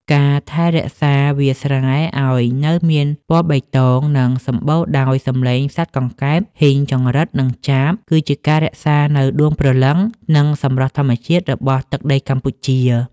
ការថែរក្សាវាលស្រែឱ្យនៅមានពណ៌បៃតង និងសម្បូរដោយសំឡេងសត្វកង្កែប ហ៊ីង ចង្រិត និងចាប គឺជាការរក្សានូវដួងព្រលឹង និងសម្រស់ធម្មជាតិរបស់ទឹកដីកម្ពុជា។